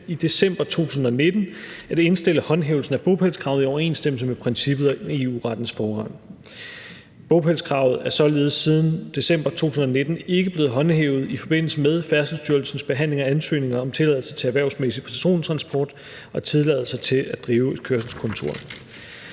i december 2019 at indstille håndhævelsen af bopælskravet i overensstemmelse med princippet om EU-rettens forrang. Bopælskravet er således siden december 2019 ikke blevet håndhævet i forbindelse med Færdselsstyrelsens behandling af ansøgninger om tilladelse til erhvervsmæssig persontransport og tilladelse til at drive kørselskontor.